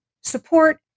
support